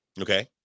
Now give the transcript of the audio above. Okay